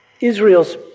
Israel's